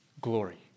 glory